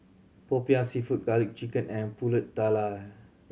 Popiah Seafood Garlic Chicken and Pulut Tatal